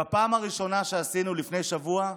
בפעם הראשונה שעשינו, לפני שבוע,